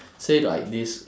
say like this